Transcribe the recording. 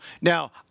Now